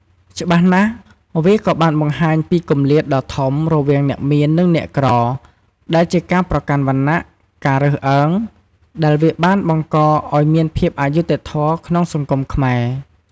ច្បាស់ណាស់វាក៏បានបង្ហាញពីគម្លាតដ៏ធំ រវាងអ្នកមាន និងអ្នកក្រ ដែលជាការប្រកាន់វណ្ណះ ការរើសអើង ដែលវាបានបង្កឱ្យមានភាពអយុត្តិធម៌ក្នុងសង្គមខ្មែរ ។